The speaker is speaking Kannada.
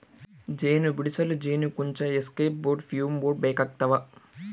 ಜೇನು ಬಿಡಿಸಲು ಜೇನುಕುಂಚ ಎಸ್ಕೇಪ್ ಬೋರ್ಡ್ ಫ್ಯೂಮ್ ಬೋರ್ಡ್ ಬೇಕಾಗ್ತವ